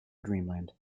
dreamland